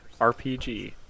RPG